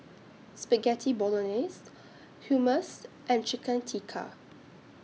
Spaghetti Bolognese Hummus and Chicken Tikka